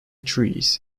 trees